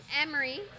Emery